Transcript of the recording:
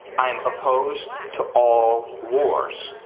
i'm opposed to all wars.